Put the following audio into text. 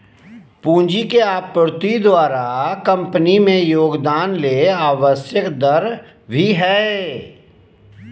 पूंजी के आपूर्ति द्वारा कंपनी में योगदान ले आवश्यक दर भी हइ